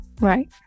right